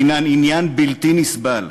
הן עניין בלתי נסבל.